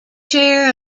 chair